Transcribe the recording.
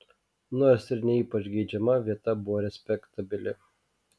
nors ir ne ypač geidžiama vieta buvo respektabili